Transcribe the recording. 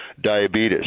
diabetes